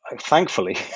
thankfully